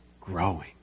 growing